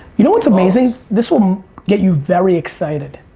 you know what's amazing? this will um get you very excited.